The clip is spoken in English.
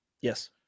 Yes